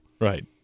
Right